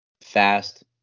fast